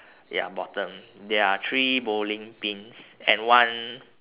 ya bottom there are three bowling pins and one